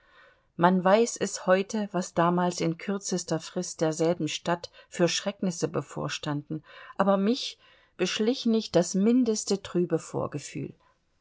man weiß es heute was damals in kürzester frist derselben stadt für schrecknisse bevorstanden aber mich beschlich nicht das mindeste trübe vorgefühl